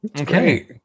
Okay